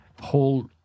whole